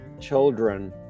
children